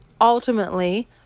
ultimately